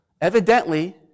Evidently